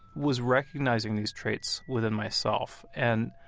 was recognizing these traits within myself. and